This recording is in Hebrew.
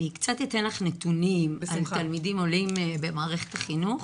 אני קצת אתן לך נתונים על תלמידים עולים במערכת החינוך.